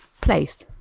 place